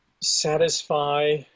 satisfy